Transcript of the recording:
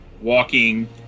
walking